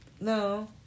no